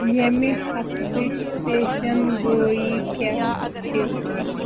ییٚمہِ ہفتٕچ پیشن گویی کیٛاہ چھِ